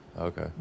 Okay